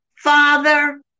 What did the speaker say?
Father